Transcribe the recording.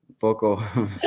Poco